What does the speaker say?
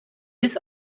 bis